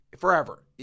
forever